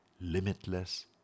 limitless